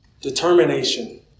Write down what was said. Determination